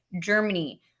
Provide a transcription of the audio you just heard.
Germany